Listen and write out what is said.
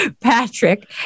Patrick